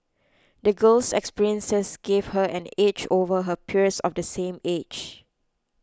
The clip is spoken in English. the girl's experiences gave her an edge over her peers of the same age